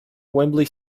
wembley